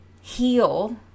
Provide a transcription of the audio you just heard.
heal